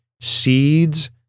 seeds